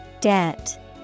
Debt